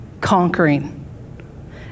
conquering